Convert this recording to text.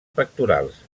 pectorals